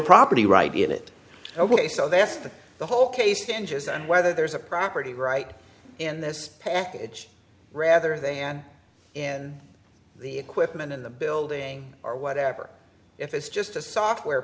property right be it ok so that's the the whole case hinges on whether there's a property right in this package rather than in the equipment in the building or whatever if it's just a software